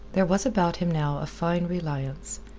there was about him now a fine reliance.